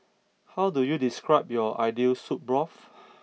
how do you describe your ideal soup broth